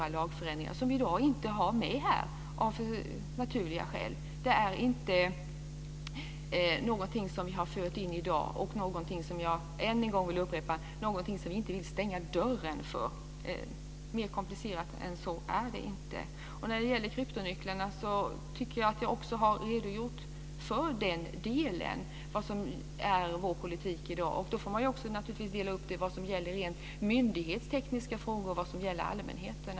Kanske måste man där en gång i framtiden göra lagändringar som i dag, av naturliga skäl, inte finns med. Det är alltså inte något som vi har fört in i dag eller, det vill jag än en gång upprepa, något som vi vill stänga dörren för. Mer komplicerat än så är det inte. Också när det gäller kryptonycklarna tycker jag att jag har redogjort för vad som är vår politik i dag. Då får man naturligtvis göra en uppdelning i myndighetstekniska frågor och sådant som gäller allmänheten.